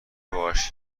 باهاش